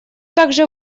также